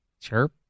Chirp